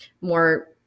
more